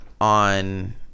on